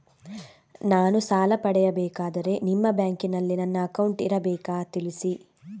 ನಾನು ಸಾಲ ಪಡೆಯಬೇಕಾದರೆ ನಿಮ್ಮ ಬ್ಯಾಂಕಿನಲ್ಲಿ ನನ್ನ ಅಕೌಂಟ್ ಇರಬೇಕಾ ತಿಳಿಸಿ?